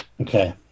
okay